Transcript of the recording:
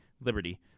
Liberty